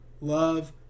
love